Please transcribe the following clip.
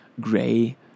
gray